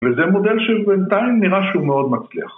‫וזה מודל שבינתיים ‫נראה שהוא מאוד מצליח.